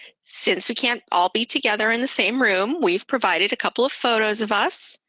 since we can't all be together in the same room, we've provided a couple of photos of us.